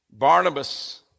Barnabas